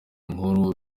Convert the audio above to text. nkuru